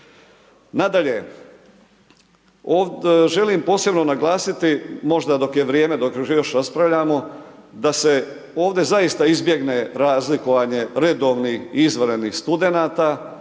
Nadalje, želim posebno naglasiti, možda dok je vrijeme dok još raspravljamo da se ovdje zaista izbjegne razlikovan je redovnih i izvanrednih studenata